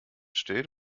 steht